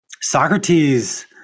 socrates